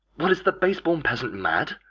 what, is the base-born peasant mad?